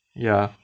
ya